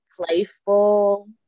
playful